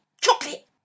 chocolate